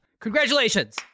Congratulations